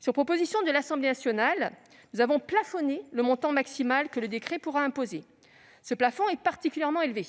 Sur proposition de l'Assemblée nationale, nous avons plafonné le montant maximal que le décret pourra imposer. Ce plafond est particulièrement élevé,